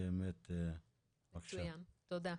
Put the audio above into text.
תודה.